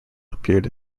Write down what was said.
appeared